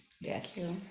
Yes